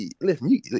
listen